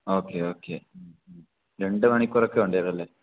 okay okay രണ്ട് മണിക്കൂറൊക്കെ വേണ്ടി വരും അല്ലേ